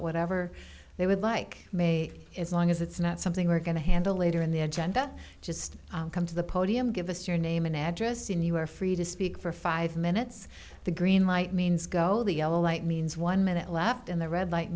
whatever they would like may as long as it's not something we're going to handle later in the agenda just come to the podium give us your name and address in you are free to speak for five minutes the green light means go the yellow light means one minute left and the red light